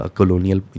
colonial